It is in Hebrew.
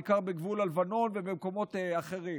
בעיקר בגבול הלבנון ובמקומות אחרים.